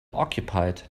occupied